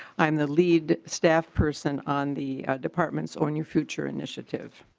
i am the lead staff person on the department's on your future initiative.